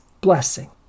blessing